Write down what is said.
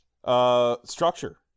Structure